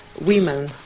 women